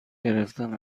گرفتن